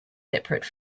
separate